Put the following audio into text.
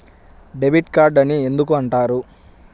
Debit card అని ఎందుకు అంటారు?